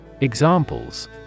Examples